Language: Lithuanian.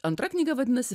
antra knyga vadinasi